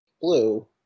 blue